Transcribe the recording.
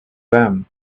them